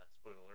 spoiler